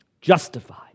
justified